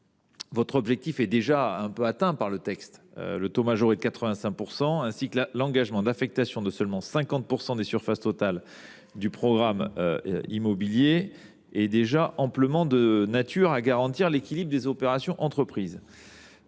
amendement est déjà un peu atteint par le texte puisque le taux majoré de 85 % ainsi que l’engagement d’affectation de seulement 50 % des surfaces totales du programme immobilier sont déjà amplement de nature à garantir l’équilibre des opérations entreprises.